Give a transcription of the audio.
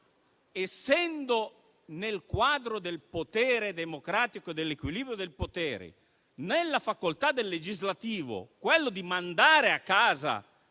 essendo, nel quadro del potere democratico e dell'equilibrio del potere, nella facoltà del legislativo mandare a casa